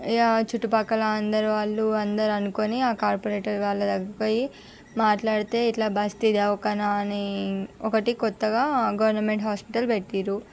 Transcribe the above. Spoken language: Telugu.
ఇగ చుట్టుపక్కల అందరూ వాళ్ళు అందరూ అనుకొని ఆ కార్పొరేటర్ వాళ్ళ దగ్గరికి పోయి మాట్లాడితే ఇట్ల బస్తీ దవాఖానా అని ఒకటి కొత్తగా గవర్నమెంట్ హాస్పిటల్ పెట్టిరు